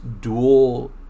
dual